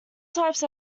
types